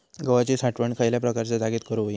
गव्हाची साठवण खयल्या प्रकारच्या जागेत करू होई?